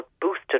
boosted